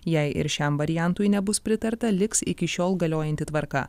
jei ir šiam variantui nebus pritarta liks iki šiol galiojanti tvarka